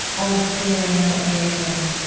all the fear and outrage and